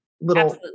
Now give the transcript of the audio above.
little